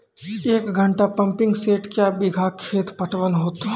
एक घंटा pumping set क्या बीघा खेत पटवन है तो?